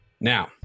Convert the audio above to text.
Now